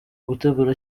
gutegura